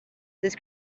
this